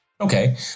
Okay